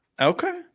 Okay